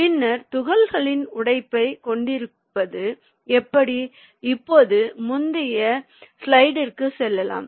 பின்னர் துகள்களின் உடைப்பைக் கொண்டிருப்பது எப்படி இப்போது முந்தைய ஸ்லைடிற்கு செல்லலாம்